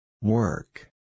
Work